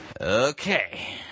Okay